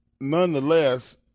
nonetheless